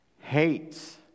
hates